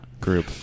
group